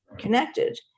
connected